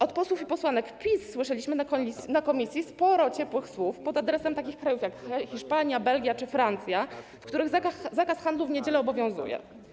Od posłów i posłanek PiS słyszeliśmy na posiedzeniu komisji sporo ciepłych słów pod adresem takich krajów jak Hiszpania, Belgia czy Francja, w których zakaz handlu w niedziele obowiązuje.